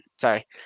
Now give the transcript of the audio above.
sorry